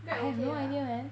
Grab okay lah